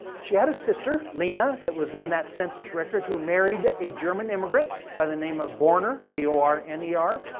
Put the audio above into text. she had a sister, lena, that was in that census record who married a german immigrant by the name of borner, b o r n e r.